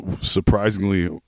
surprisingly